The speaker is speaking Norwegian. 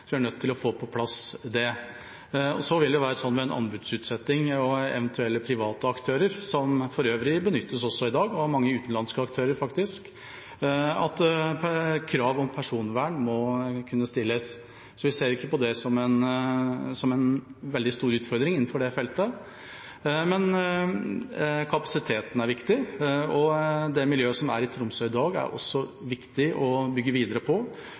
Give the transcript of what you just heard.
Vi er nødt til å få på plass det. Så vil det være sånn med en anbudsutsetting og eventuelle private aktører, som for øvrig benyttes også i dag, og mange utenlandske aktører, at det må kunne stilles krav om personvern. Så vi ser ikke på det som en veldig stor utfordring innenfor det feltet. Kapasiteten er viktig, og det miljøet som er i Tromsø i dag, er det også viktig å bygge videre på,